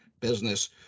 business